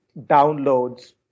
downloads